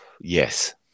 Yes